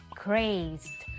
crazed